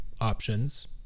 options